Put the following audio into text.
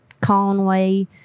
Conway